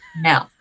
no